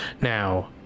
Now